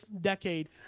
decade